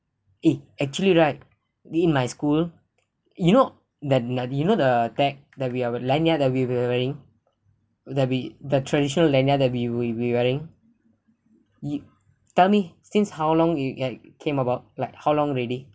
eh actually right in my school you know you know the tag that we are would lanyard that we were wearing there'll be the traditional lanyard that be we we wearing you tell me since how long it came about like how long already